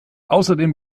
außerdem